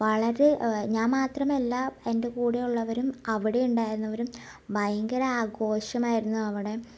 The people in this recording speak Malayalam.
വളരെ ഞാൻ മാത്രമല്ല എൻ്റെ കൂടെയുള്ളവരും അവിടെ ഉണ്ടായിരുന്നവരും ഭയങ്കര ആഘോഷമായിരുന്നു അവിടെ